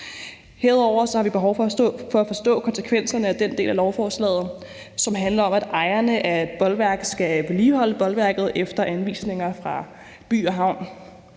Herudover har vi behov for at forstå konsekvenserne af den del af lovforslaget, som handler om, at ejerne af et bolværk skal vedligeholde bolværket efter anvisning fra By & Havn.